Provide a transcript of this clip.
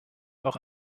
auch